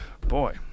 boy